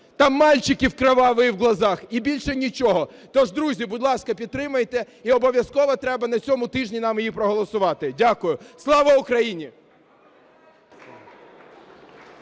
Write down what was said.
Там "мальчики кровавые в глазах" – і більше нічого. Тож, друзі, будь ласка, підтримайте і обов'язково треба на цьому тижні нам її проголосувати. Дякую. Слава Україні!